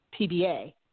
PBA